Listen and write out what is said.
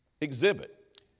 exhibit